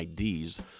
IDs